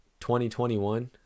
2021